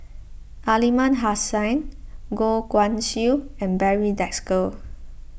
Aliman Hassan Goh Guan Siew and Barry Desker